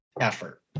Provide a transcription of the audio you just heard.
effort